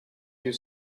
you